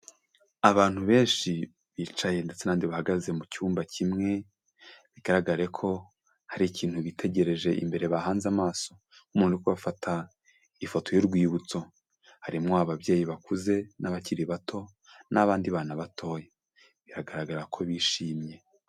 Abantu benshi bicaye ndetse n'abandi bahagaze mucyumba kimwe, bigaragare ko hari ikintu bitegereje imbere bahanze amaso, umuntu uri kubafata ifoto y'urwibutso, harimwo ababyeyi bakuze n'abakiri bato, n'abandi bana batoya, biragaragara ko bishimye.